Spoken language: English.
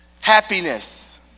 Happiness